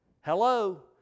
Hello